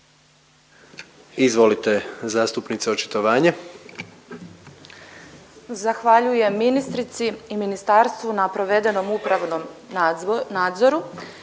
Izvolite zastupnice očitovanje.